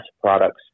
products